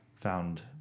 found